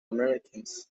americans